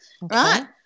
right